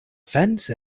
fence